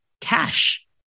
cash